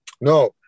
No